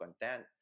content